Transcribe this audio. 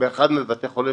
באחד מבתי החולים